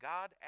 God